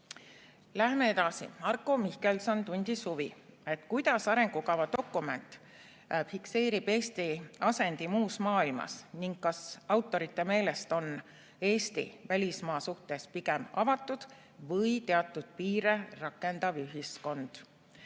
edasi. Marko Mihkelson tundis huvi, kuidas arengukava dokument fikseerib Eesti asendi muus maailmas ning kas autorite meelest on Eesti välismaa suhtes pigem avatud või teatud piire rakendav ühiskond.